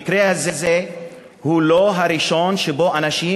המקרה הזה הוא לא הראשון שבו אנשים